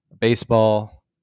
baseball